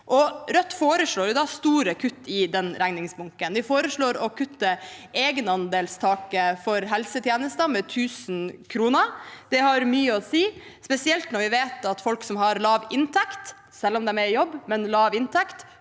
Rødt foreslår store kutt i den regningsbunken. Vi foreslår å kutte egenandelstaket for helsetjenester med 1 000 kr. Det har mye å si, spesielt når vi vet at folk som har lav inntekt – selv om de er i jobb,